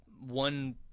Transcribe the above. one